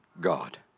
God